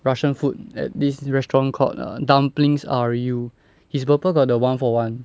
russian food at this restaurant called err dumplings are you his Burpple got the one for one